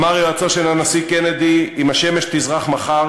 אמר יועצו של הנשיא קנדי: אם השמש תזרח מחר,